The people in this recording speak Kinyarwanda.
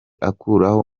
akuraho